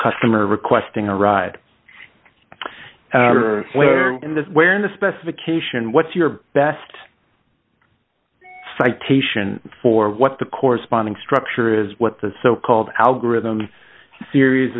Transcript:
customer requesting a ride or in this where in the specification what's your best citation for what the corresponding structure is what the so called algorithm series